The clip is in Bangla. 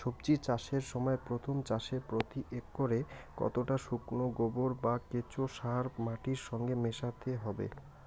সবজি চাষের সময় প্রথম চাষে প্রতি একরে কতটা শুকনো গোবর বা কেঁচো সার মাটির সঙ্গে মেশাতে হবে?